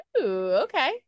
okay